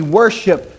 worship